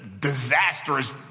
disastrous